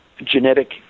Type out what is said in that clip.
genetic